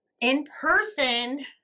in-person